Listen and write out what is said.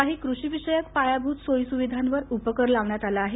काही कषी विषयक पायाभत सोयी सविधांसाठी उपकर लावण्यात आला आहे